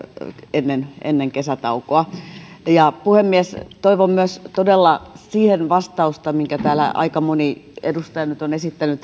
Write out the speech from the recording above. ennen ennen kesätaukoa puhemies toivon todella vastausta myös siihen kysymykseen minkä täällä aika moni edustaja nyt on esittänyt